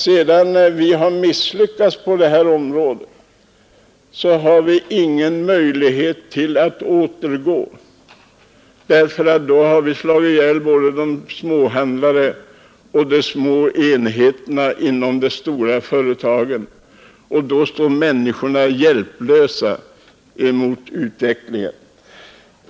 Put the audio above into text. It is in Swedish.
Sedan vi har misslyckats på detta område har vi inga möjligheter att återgå till den gamla ordningen, ty då har vi slagit ihjäl småhandlarna och de små enheterna inom de stora företagen, och då står människorna hjälplösa mot utvecklingen.